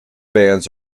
bands